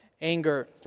anger